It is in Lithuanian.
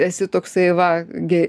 esi toksai va ge